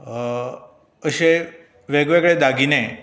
अशें वेगवेगळे दागिने